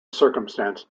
circumstances